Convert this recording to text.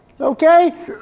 Okay